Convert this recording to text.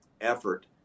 effort